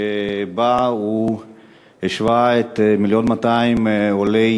שבה הוא השווה את 1.2 מיליון עולי,